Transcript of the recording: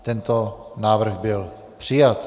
Tento návrh byl přijat.